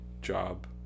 job